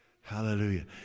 Hallelujah